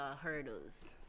hurdles